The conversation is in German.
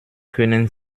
können